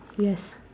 yes